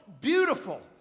Beautiful